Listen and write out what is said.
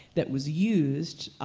that was used,